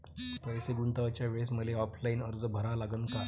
पैसे गुंतवाच्या वेळेसं मले ऑफलाईन अर्ज भरा लागन का?